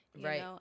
right